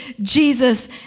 Jesus